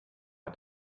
hat